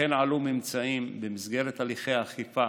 וכן עלו ממצאים במסגרת הליכי אכיפה